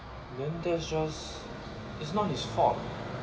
then that's just it's not his fault